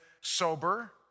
sober